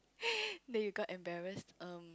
that you got embarrassed um